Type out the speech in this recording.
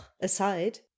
aside